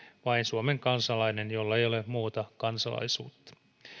vain suomen kansalainen jolla ei ole muuta kansalaisuutta